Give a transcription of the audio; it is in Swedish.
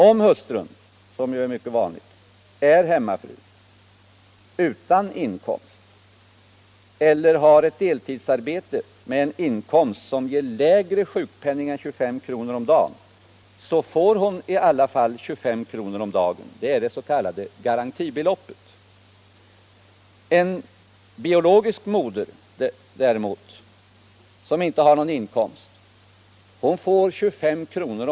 Om hustrun — vilket är mycket vanligt - är hemmafru utan inkomst eller har ett deltidsarbete med en inkomst som ger lägre sjukpenning än 25 kr. om dagen, får hon i alla fall 25 kr. om dagen. Det är det s.k. garantibeloppet. En biologisk moder som inte har någon inkomst får 25 kr.